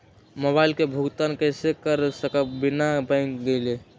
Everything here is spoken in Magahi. मोबाईल के भुगतान कईसे कर सकब बिना बैंक गईले?